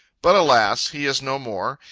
but alas, he is no more!